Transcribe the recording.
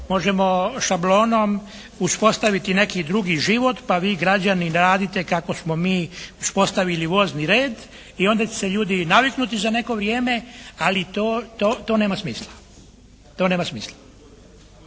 možemo šablonom uspostaviti neki drugi život, pa vi građani radite kako smo mi uspostavili vozni red i onda će se ljudi naviknuti za neko vrijeme. Ali to nema smisla.